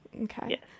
Okay